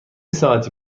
ساعتی